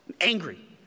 angry